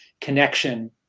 connection